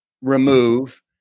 remove